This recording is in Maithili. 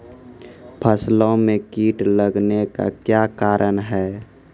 फसलो मे कीट लगने का क्या कारण है?